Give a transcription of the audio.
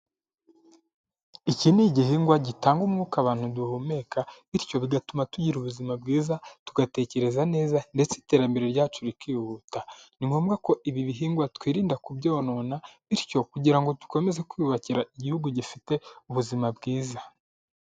Iki ni igihingwa gitanga umwuka abantu duhumeka bityo bigatuma tugira ubuzima bwiza, tugatekereza neza ndetse iterambere ryacu rikihuta. Ni ngombwa ko ibi bihingwa twirinda kubyonona, bityo kugira ngo dukomeze kwiyubakira igihugu gifite ubuzima bwiza.